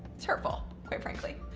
it's hurtful, quite frankly.